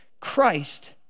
Christ